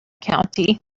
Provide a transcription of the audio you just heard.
county